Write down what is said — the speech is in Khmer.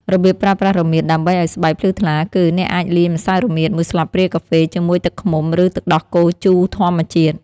របៀបប្រើប្រាស់រមៀតដើម្បីឲ្យស្បែកភ្លឺថ្លាគឺ អ្នកអាចលាយម្សៅរមៀតមួយស្លាបព្រាកាហ្វេជាមួយទឹកឃ្មុំ ឬទឹកដោះគោជូរធម្មជាតិ។